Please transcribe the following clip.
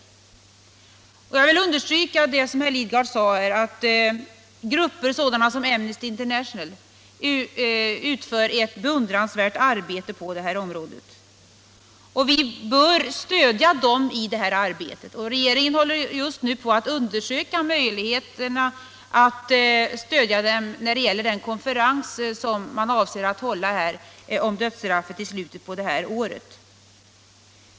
Jag vill understryka vad herr Lidgard sade, att sådana grupper som Amnesty International utför ett beundransvärt arbete på det här området och att vi bör stödja dem i det arbetet. Regeringen håller just nu på att undersöka möjligheterna till stöd för den konferens om dödsstraffet som man avser att hålla här i slutet av året.